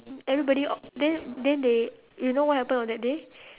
everybody all then then they you know what happened on that day